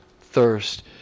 thirst